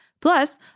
Plus